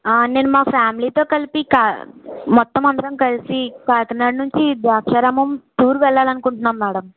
నేను మా ఫ్యామిలీతో కలిపి కా మొత్తమందరం కలిసి కాకినాడ నుంచి ద్రాక్షారామం టూర్ వెళ్ళాలనుకుంటున్నాము మేడం